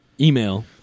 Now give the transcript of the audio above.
email